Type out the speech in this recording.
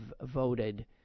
voted